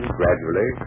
gradually